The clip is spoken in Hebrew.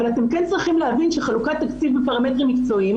אבל אתם כן צריכים להבין שחלוקת תקציב בפרמטרים מקצועיים